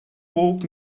woke